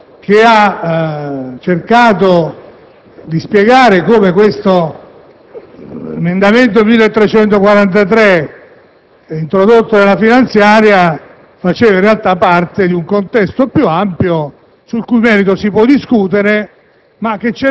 Signor Presidente, onorevoli colleghi, signori rappresentanti del Governo, credo che su questo tema siano necessarie alcune considerazioni più di metodo che di merito. I colleghi ne hanno già parlato, il lungo